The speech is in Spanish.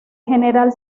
general